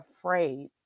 afraid